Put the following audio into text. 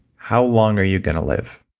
how long are you going to live?